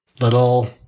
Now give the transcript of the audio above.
little